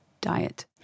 diet